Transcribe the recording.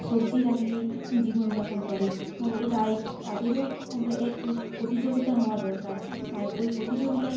সবজি লাগিয়েই জীবনযাপন করে ও তাই তাদেরও ও একটু প্রতিযোগিতা হওয়া দরকার তাই ওই প্রতিযোগিতায়